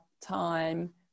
time